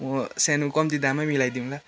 म सानो कम्ती दाममै मिलाइदिउँला